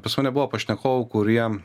pas mane buvo pašnekovų kurie